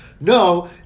No